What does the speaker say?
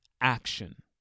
action